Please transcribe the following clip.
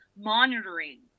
monitoring